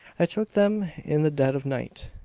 i took them in the dead of night,